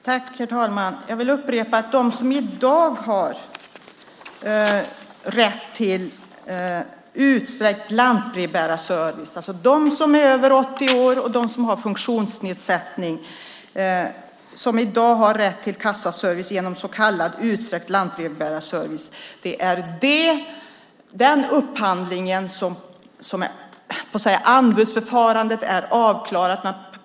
Herr talman! Jag vill upprepa att när det gäller dem som i dag har rätt till utsträckt lantbrevbärarservice, alltså de som är över 80 år och de som har funktionsnedsättning och som i dag har rätt till kassaservice genom så kallad utsträckt lantbrevbärarservice, är anbudsförfarandet avklarat.